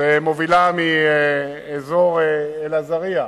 שמובילה מאזור אל-עזרייה.